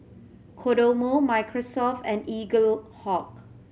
Kodomo Microsoft and Eaglehawk